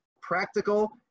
practical